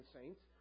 saints